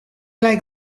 like